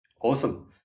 Awesome